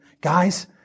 Guys